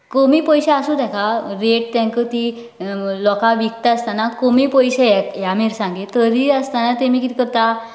कमी पयशें आसूं तेका रेट तेंका ती लोकां विकता आसतना कमी पयशें ह्या मिरसांगे पळोवन आसतलाय तेमी कितें करता